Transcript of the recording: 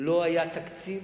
לא היה תקציב,